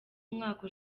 umwaka